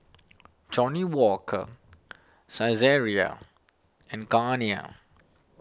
Johnnie Walker Saizeriya and Garnier